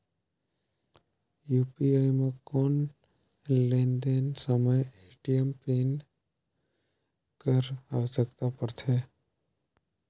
UPI म कौन लेन देन समय ए.टी.एम पिन कर आवश्यकता पड़थे?